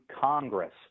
Congress